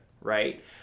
right